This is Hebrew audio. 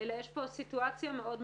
אלא יש פה סיטואציה מאוד מורכבת,